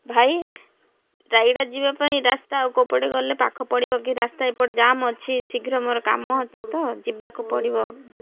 ଭାଇ ରାୟଗଡ଼ା ଯିବା ପାଇଁ ରାସ୍ତା ଆଉ କେଉଁପଟେ ଗଲେ ପାଖ ପଡ଼ିବ କି ରାସ୍ତା ଏପଟ ଜାମ ଅଛି ଶୀଘ୍ର ମୋର କାମ ଅଛି ତ ଯିବାକୁ ପଡ଼ିବ